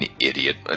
idiot